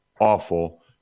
awful